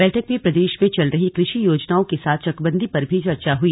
बैठक में प्रदेश में चल रही कृषि योजनाओं के साथ चकबन्दी पर भी चर्चा हुई